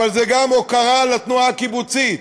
אבל זו גם הוקרה לתנועה הקיבוצית